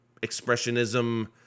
Expressionism